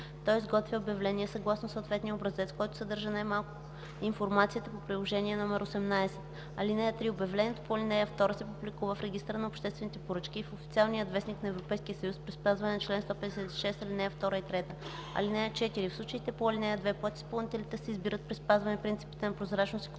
той изготвя обявление съгласно съответния образец, което съдържа най-малко информацията по приложение № 18. (3) Обявлението по ал. 2 се публикува в Регистъра на обществените поръчки и в "Официален вестник" на Европейския съюз при спазване на чл. 156, ал. 2 и 3. (4) В случаите по ал. 2 подизпълнителите се избират при спазване принципите на прозрачност и конкуренция.